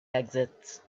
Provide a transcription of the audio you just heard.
exits